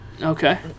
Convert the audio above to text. Okay